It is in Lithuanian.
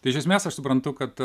tai iš esmės aš suprantu kad